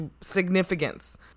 significance